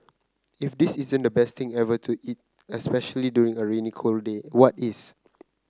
if this isn't the best thing ever to eat especially during a rainy cold day what is